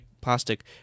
plastic